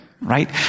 right